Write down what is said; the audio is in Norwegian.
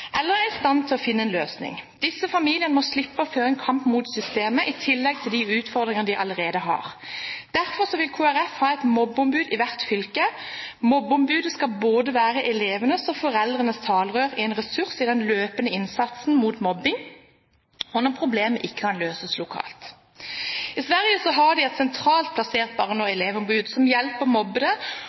eller er i stand til å finne en løsning. Disse familiene må slippe å føre en kamp mot systemet i tillegg til de utfordringene de allerede har. Derfor vil Kristelig Folkeparti ha et mobbeombud i hvert fylke. Mobbeombudet skal være både elevenes og foreldrenes talerør og en ressurs i den løpende innsatsen mot mobbing, og når problemet ikke kan løses lokalt. I Sverige har de et sentralt plassert barne- og elevombud som hjelper mobbede å